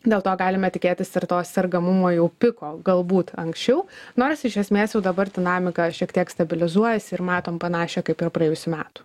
dėl to galime tikėtis ir to sergamumo jau piko galbūt anksčiau nors iš esmės jau dabar dinamika šiek tiek stabilizuojasi ir matom panašią kaip ir praėjusių metų